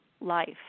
life